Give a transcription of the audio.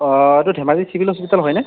অঁ এইটো Dhemaji civil hospital হয়নে